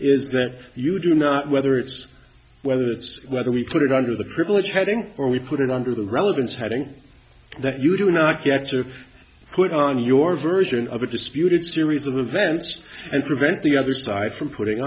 is that you do not whether it's whether it's whether we put it under the privilege heading or we put it under the relevance heading that you do not get to put on your version of a disputed series of events and prevent the other side from putting